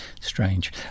Strange